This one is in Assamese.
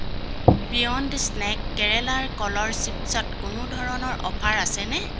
বিয়ণ্ড স্নেক কেৰেলাৰ কলৰ চিপ্ছত কোনো ধৰণৰ অফাৰ আছেনে